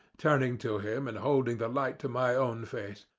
turning to him, and holding the light to my own face,